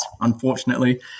unfortunately